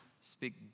speak